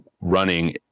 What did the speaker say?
running